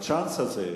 הצ'אנס הזה,